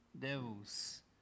devils